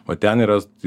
o ten yra